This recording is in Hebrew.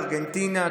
ארגנטינה,